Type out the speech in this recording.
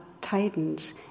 tightens